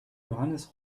johannes